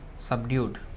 Subdued